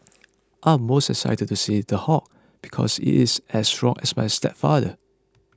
I'm most excited to see The Hulk because it is as strong as my stepfather